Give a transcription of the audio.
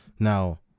Now